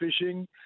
fishing